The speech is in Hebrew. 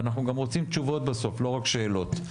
אנחנו גם רוצים תשובות בסוף, לא רק שאלות.